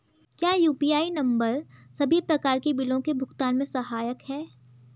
क्या UPI number सभी प्रकार के बिलों के भुगतान में सहायक हैं?